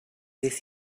this